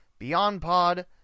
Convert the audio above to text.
BeyondPod